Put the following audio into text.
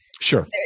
Sure